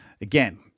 Again